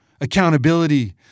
accountability